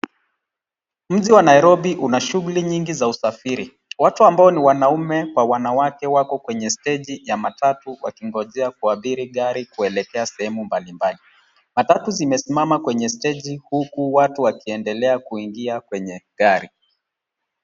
Mji wa Nairobi una shuguli nyingi za usafiri. Watu ambao ni wanaume kwa wanawake wako kwenye steji ya matatu wakingojea kuabiri gari kuelekea sehemu mbalimbali. Matatu zimesimama kwenye steji huku watu wakiendelea kuingia kwenye gari.